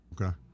Okay